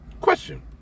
question